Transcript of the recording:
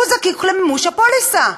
הוא זקוק למימוש הפוליסה.